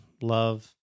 love